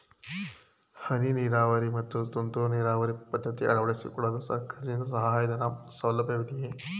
ಹನಿ ನೀರಾವರಿ ಮತ್ತು ತುಂತುರು ನೀರಾವರಿ ಪದ್ಧತಿ ಅಳವಡಿಸಿಕೊಳ್ಳಲು ಸರ್ಕಾರದಿಂದ ಸಹಾಯಧನದ ಸೌಲಭ್ಯವಿದೆಯೇ?